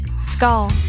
Skull